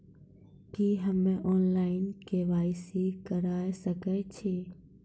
की हम्मे online, KYC करा सकैत छी?